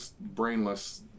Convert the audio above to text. brainless